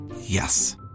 Yes